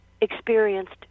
experienced